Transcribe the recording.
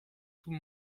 tout